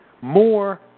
more